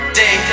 day